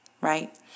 right